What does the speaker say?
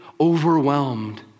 overwhelmed